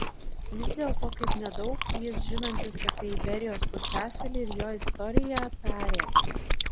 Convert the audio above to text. vis dėlto kaip nedaug jis žinantis apie iberijos pusiasalį ir jo istoriją tarė